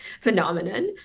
phenomenon